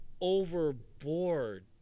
overboard